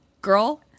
Girl